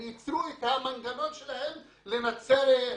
הם יצרו את המנגנון שלהם לנצרת,